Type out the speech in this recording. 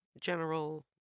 general